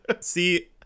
see